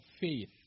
faith